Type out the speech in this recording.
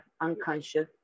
unconscious